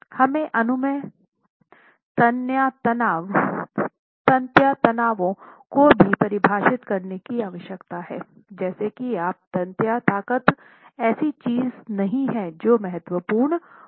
हमें अनुमेय तन्यता तनावों को भी परिभाषित करने की आवश्यकता है जैसा कि आप तन्यता ताकत ऐसी चीज नहीं है जो महत्वपूर्ण हो